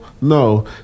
No